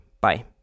Bye